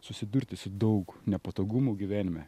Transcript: susidurti su daug nepatogumų gyvenime